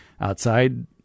Outside